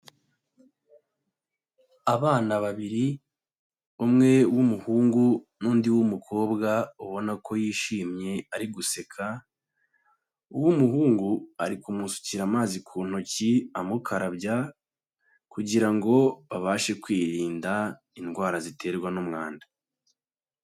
Abana babiri, umwe w'umuhungu n'undi w'umukobwa ubona ko yishimye ari guseka, uw'umuhungu ari kumusukira amazi ku ntoki amukarabya kugira ngo babashe kwirinda indwara ziterwa n'umwanda.